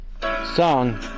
song